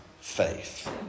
faith